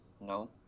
No